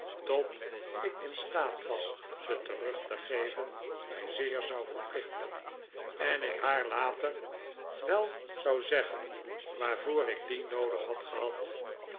tot ik in staat was ze terug te geven mij zeer zou verplichten en ik haar later wel zou zeggen waarvoor ik die noodig had gehad